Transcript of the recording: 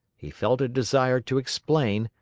he felt a desire to explain,